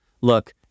look